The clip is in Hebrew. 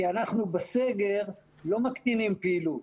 כי בסגר אנחנו לא מקטינים פעילות.